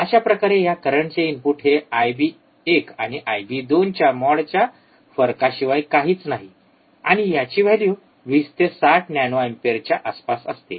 अशाप्रकारे या करंटचे इनपुट हे आयबी १ आणि आयबी २ च्या मॉडच्या फरकशिवाय काहीच नाही आणि याची व्हॅल्यू 20 ते 60 नॅनो अँपिअरच्या आसपास असते